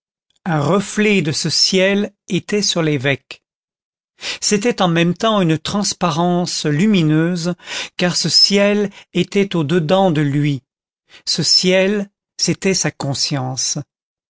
un reflet de ce ciel était sur l'évêque c'était en même temps une transparence lumineuse car ce ciel était au dedans de lui ce ciel c'était sa conscience